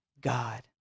God